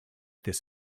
this